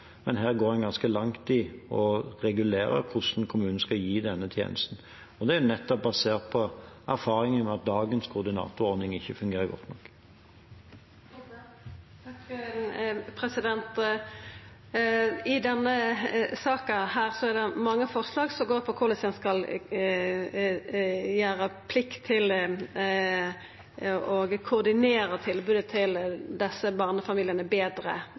men her går vi ganske langt i å regulere hvordan kommunene skal gi denne tjenesten. Det er nettopp basert på erfaringen med at dagens koordinatorordning ikke fungerer godt nok. I denne saka er det mange forslag som går på korleis ein skal gjera plikta til å koordinera tilbodet til desse barnefamiliane betre,